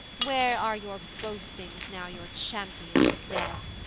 where are your boastings now your champion's dead?